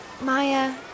Maya